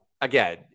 again